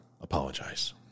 apologize